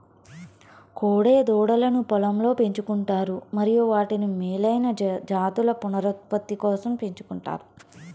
కోడె దూడలను పొలంలో పెంచు కుంటారు మరియు వాటిని మేలైన జాతుల పునరుత్పత్తి కోసం పెంచుకుంటారు